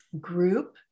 group